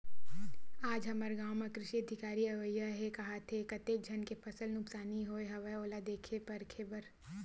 आज हमर गाँव म कृषि अधिकारी अवइया हे काहत हे, कतेक झन के फसल नुकसानी होय हवय ओला देखे परखे बर